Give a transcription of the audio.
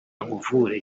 nkuvure